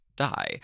die